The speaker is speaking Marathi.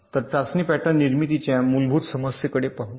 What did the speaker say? तर चाचणी पॅटर्न निर्मितीच्या मूलभूत समस्येकडे पाहू